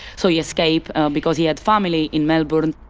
so he escaped because he had family in melbourne.